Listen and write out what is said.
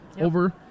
over